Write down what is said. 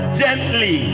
gently